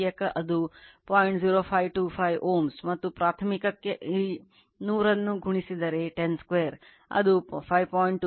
0525 Ω ಮತ್ತು ಪ್ರಾಥಮಿಕಕ್ಕೆ ಈ 100 ಅನ್ನು ಗುಣಿಸಿದರೆ 10 2 ಅದು 5